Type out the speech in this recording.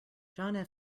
john